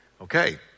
okay